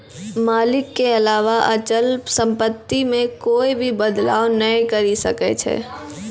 मालिक के अलावा अचल सम्पत्ति मे कोए भी बदलाव नै करी सकै छै